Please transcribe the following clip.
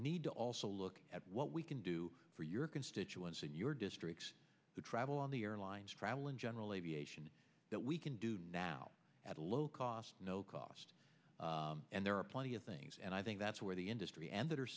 need to also look at what we can do for your constituents in your district the travel on the airlines fralin general aviation that we can do now at a low cost no cost and there are plenty of things and i think that's where the industry and that are